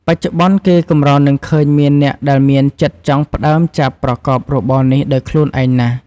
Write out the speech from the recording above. បច្ចុប្បន្ន គេកម្រនឹងឃើញមានអ្នកដែលមានចិត្តចង់ផ្ដើមចាប់ប្រកបរបរនេះដោយខ្លួនឯងណាស់។